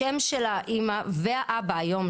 השם של האמה ושל האבא כיום,